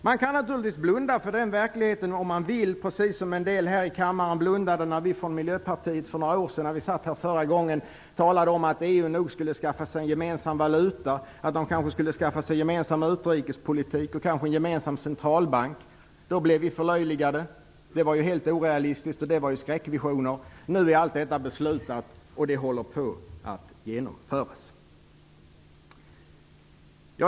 Man kan naturligtvis blunda för den verkligheten om man vill, precis som en del i denna kammare gjorde när vi från Miljöpartiet för några år sedan då vi satt här talade om att EU nog skulle skaffa sig en gemensam valuta, kanske en gemensam utrikespolitik och en gemensam centralbank. Vi blev förlöjligade. Det var helt orealistiskt, det var skräckvisioner. Nu är allt detta beslutat, och det håller på att genomföras.